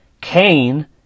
Cain